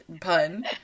pun